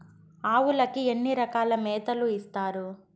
ఆవులకి ఎన్ని రకాల మేతలు ఇస్తారు?